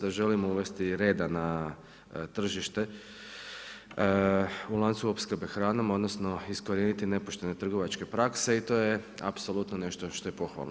Da želimo uvesti reda na tržište u lancu opskrbe hranom, odnosno, iskorijeniti nepoštene trgovačke prakse i to je apsolutno nešto što je pohvalno.